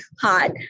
hot